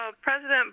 President